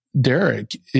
Derek